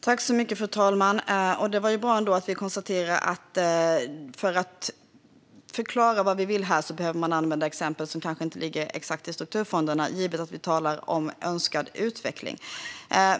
Fru talman! Det var bra att vi konstaterade att man för att förklara vad vi vill behöver använda exempel som kanske inte ligger exakt inom ramen för strukturfonderna, givet att vi talar om önskad utveckling.